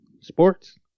sports